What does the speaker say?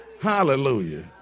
Hallelujah